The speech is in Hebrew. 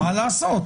מה לעשות,